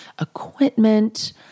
equipment